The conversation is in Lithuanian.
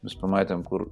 mes pamatėm kur